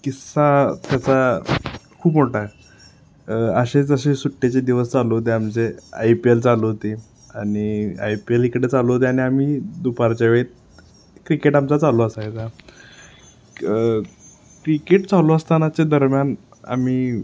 किस्सा त्याचा खूप मोठा असेच असे सुट्टीचे दिवस चालू होते आमचे आय पी एल चालू होती आणि आय पी एल इकडं चालू होती आणि आम्ही दुपारच्या वेळेत क्रिकेट आमचा चालू असायचा क्रिकेट चालू असतानाच्या दरम्यान आम्ही